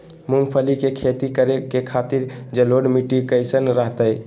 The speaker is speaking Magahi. मूंगफली के खेती करें के खातिर जलोढ़ मिट्टी कईसन रहतय?